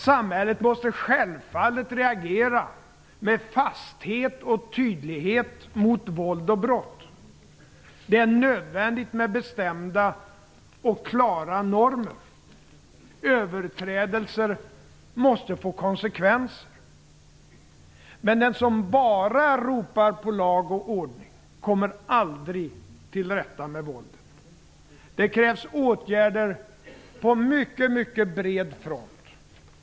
Samhället måste självfallet reagera med fasthet och tydlighet mot våld och brott. Det är nödvändigt med bestämda och klara normer. Överträdelser måste få konsekvenser. Men den som bara ropar på lag och ordning kommer aldrig till rätta med våldet. Det krävs åtgärder på mycket mycket bred front.